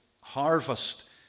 harvest